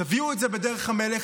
תביאו את זה בדרך המלך,